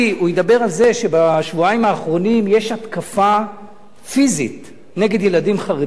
הוא ידבר על זה שבשבועיים האחרונים יש התקפה פיזית נגד ילדים חרדים,